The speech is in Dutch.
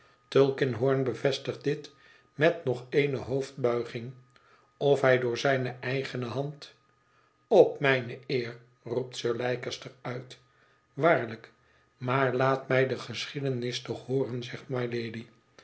tulkinghorn bevestigt dit met nog eene hoofdbuiging of hij door zijne eigene hand op mijne eer roept sir leicester uit waarlijk maar laat mij de geschiedenis toch hooren zegt mylady